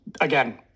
again